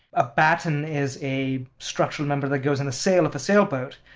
a batten is a structural number that goes in a sail of a sailboat.